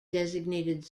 designated